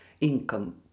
income